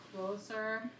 closer